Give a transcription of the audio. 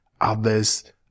others